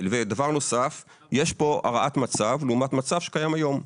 דבר נוסף: יש פה הרעת מצב לעומת מצב שקיים היום.